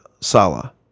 Salah